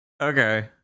Okay